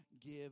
give